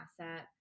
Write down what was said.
asset